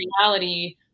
reality